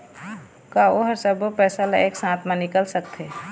का ओ हर सब्बो पैसा ला एक साथ म निकल सकथे?